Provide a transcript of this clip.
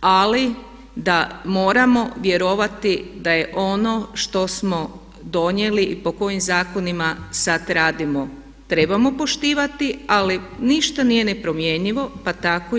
ali da moramo vjerovati da je ono što smo donijeli i po kojim zakonima sad radimo trebamo poštivati ali ništa nije nepromjenjivo pa tako i to.